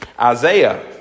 Isaiah